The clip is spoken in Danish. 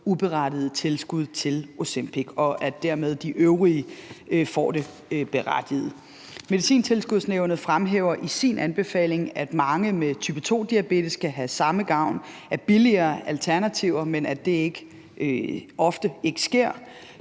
uberettigede tilskud til Ozempic, og at de øvrige dermed får det berettiget. Medicintilskudsnævnet fremhæver i sin anbefaling, at mange med type 2-diabetes kan have samme gavn af billigere alternativer, men at det ofte ikke sker.